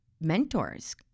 mentors